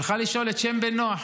הלכה לשאול את שם בן נוח.